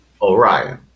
Orion